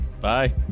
Bye